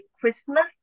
Christmas